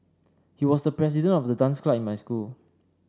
he was the president of the dance club in my school